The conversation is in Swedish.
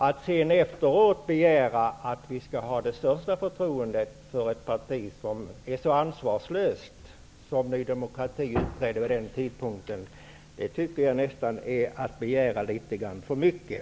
Att sedan efteråt begära att vi skall ha det största förtroende för ett parti som uppträdde så ansvarslöst som Ny demokrati uppträdde vid den tidpunkten tycker jag nästan är att begära litet för mycket.